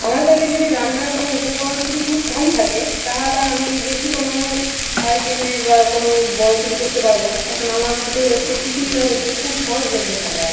আমার কাছে যদি রান্নার কোনো উপকরণ সুদি খুব কম থাকে তাহালে আমি বেশি কোনো আইটেমে বা কোনো বড়ো কিছু করতে পারবো না তখন আমার মতে হচ্চে খিচুড়িটা হচ্ছে খুব সহজলভ্য খাবার